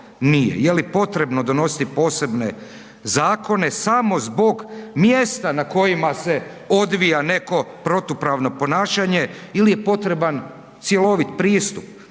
Je li potrebno donositi posebne zakone samo zbog mjesta na kojima se odvija neko protupravno ponašanje ili je potreban cjelovit pristup.